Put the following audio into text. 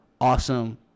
awesome